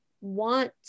want